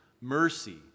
mercy